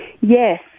Yes